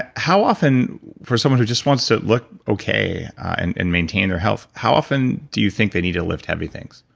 ah how often for someone who just wants to look okay and and maintain their health. how often do you think they need to lift heavy things?